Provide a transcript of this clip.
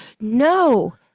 no